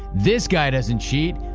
this guy doesn't cheat.